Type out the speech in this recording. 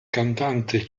cantante